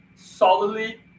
solidly